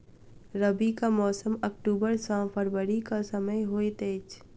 रबीक मौसम अक्टूबर सँ फरबरी क समय होइत अछि